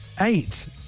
eight